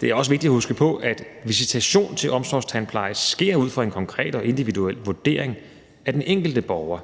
Det er også vigtigt at huske på, at visitation til omsorgstandpleje sker ud fra en konkret og individuel vurdering af den enkelte borger.